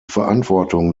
verantwortung